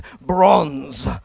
bronze